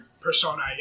persona